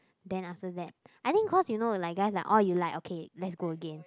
then after that I think cause you know like guys like orh you like okay let's go again